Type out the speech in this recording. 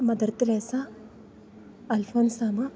mother Teresa Alphonsamma